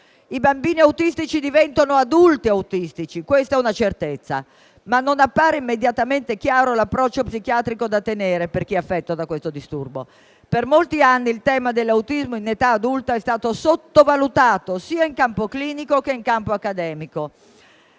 I bambini autistici diventano adulti autistici, questa è una certezza; tuttavia non appare immediatamente chiaro l'approccio psichiatrico da tenere con chi è affetto da questo disturbo. Per molti anni l'autismo in età adulta è stato sottovalutato, sia in campo clinico che accademico.